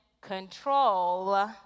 control